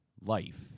life